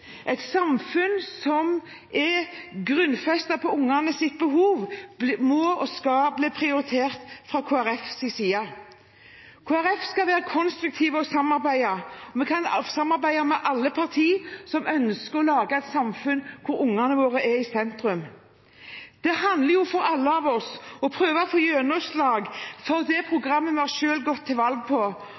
Et samfunn som er grunnfestet på ungenes behov, må og skal bli prioritert fra Kristelig Folkepartis side. Kristelig Folkeparti skal være konstruktive og vil samarbeide. Vi kan samarbeide med alle partier som ønsker å lage et samfunn der ungene våre er i sentrum. Det handler for oss alle om å prøve å få gjennomslag for det programmet vi har gått til valg på.